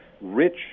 rich